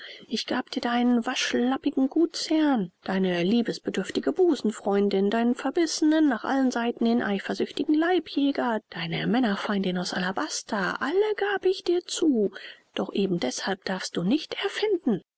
ich gab dir deinen waschlappigen gutsherrn deine liebesbedürftige busenfreundin deinen verbissenen nach allen seiten hin eifersüchtigen leibjäger deine männerfeindin aus alabaster alle gab ich dir zu doch eben deßhalb darfst du nicht erfinden